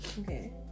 okay